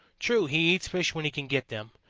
true, he eats fish when he can get them,